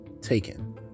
taken